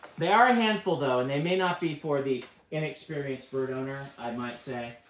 they are a handful, though, and they may not be for the inexperienced bird owner, i might say.